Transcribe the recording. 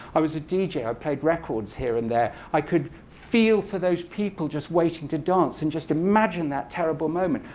i was a dj. i i played records here and there. i could feel for those people just waiting to dance and just imagine that terrible moment.